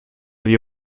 dio